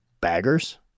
baggers